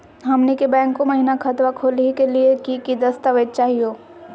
हमनी के बैंको महिना खतवा खोलही के लिए कि कि दस्तावेज चाहीयो?